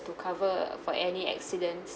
to cover for any accidents